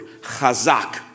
Chazak